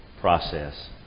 process